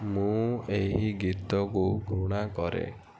ମୁଁ ଏହି ଗୀତକୁ ଘୃଣା କରେ